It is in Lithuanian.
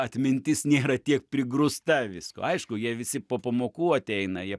atmintis nėra tiek prigrūsta visko aišku jie visi po pamokų ateina jie